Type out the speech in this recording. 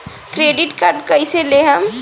Credit card कईसे लेहम?